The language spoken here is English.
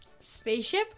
Spaceship